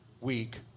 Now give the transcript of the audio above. week